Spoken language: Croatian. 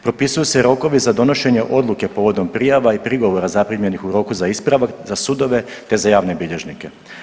Propisuju se rokovi za donošenje odluke povodom prijava i prigovora zaprimljenih u roku za ispravak za sudove, te za javne bilježnike.